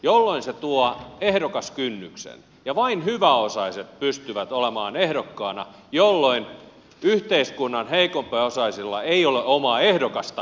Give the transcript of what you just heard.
jolloin se tuo ehdokaskynnyksen ja vain hyväosaiset pystyvät olemaan ehdokkaina jolloin yhteiskunnan heikompiosaisilla ei ole omaa ehdokastakaan jota äänestää